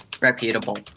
reputable